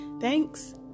Thanks